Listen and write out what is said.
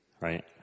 right